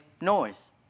noise